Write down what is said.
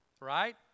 Right